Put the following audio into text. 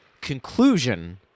conclusion